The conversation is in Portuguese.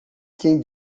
quem